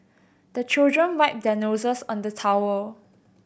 the children wipe their noses on the towel